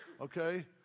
okay